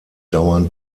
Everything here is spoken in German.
dauernd